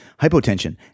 hypotension